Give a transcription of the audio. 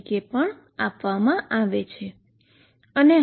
તરીકે આપવામાં આવે છે